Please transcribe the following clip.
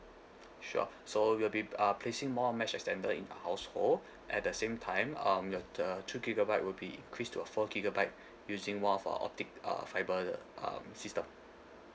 sure so we'll be uh placing more mesh extender in the household at the same time um your the two gigabyte will be increase to a four gigabyte using one of our optic uh fiber uh system